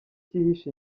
cyihishe